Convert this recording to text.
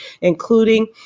including